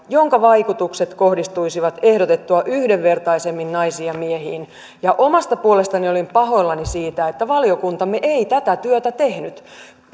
jonka vaikutukset kohdistuisivat ehdotettua yhdenvertaisemmin naisiin ja miehiin omasta puolestani olen pahoillani siitä että valiokuntamme ei tätä työtä tehnyt